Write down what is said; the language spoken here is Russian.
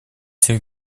всех